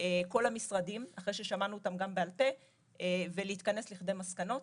כל המשרדים אחרי ששמענו אותם גם בעל פה ולהתכנס לכדי מסקנות,